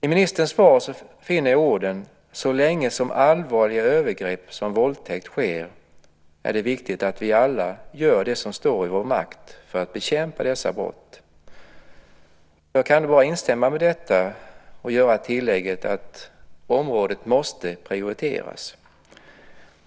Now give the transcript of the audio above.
I ministerns svar finner jag följande ord: "Och så länge allvarliga övergrepp som våldtäkt sker är det viktigt att vi alla gör det som står i vår makt för att bekämpa dessa brott." Jag kan bara instämma i detta och göra det tillägget att området måste prioriteras.